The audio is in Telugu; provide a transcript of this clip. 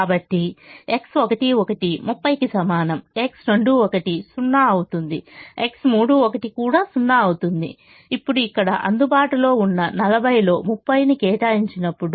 కాబట్టి X11 30 కి సమానం X21 0 అవుతుంది X31 కూడా 0 అవుతుంది ఇప్పుడు ఇక్కడ అందుబాటులో ఉన్న 40 లో 30 ని కేటాయించినప్పుడు